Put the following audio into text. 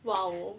!wow!